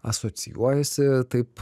asocijuojasi taip